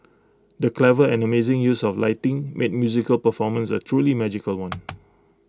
the clever and amazing use of lighting made musical performance A truly magical one